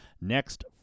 next